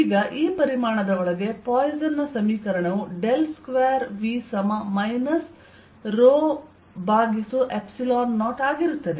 ಈಗ ಈ ಪರಿಮಾಣದ ಒಳಗೆ ಪಾಯ್ಸನ್ ನ ಸಮೀಕರಣವು ಡೆಲ್ ಸ್ಕ್ವೇರ್ V ಸಮ ಮೈನಸ್ρ ϵ0 ಆಗಿರುತ್ತದೆ